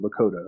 Lakota